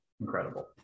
incredible